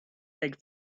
make